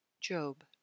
Job